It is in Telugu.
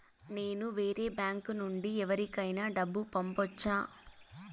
నేను వేరే బ్యాంకు నుండి ఎవరికైనా డబ్బు పంపొచ్చా?